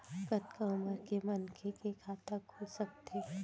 कतका उमर के मनखे के खाता खुल सकथे?